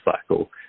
cycle